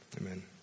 Amen